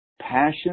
passion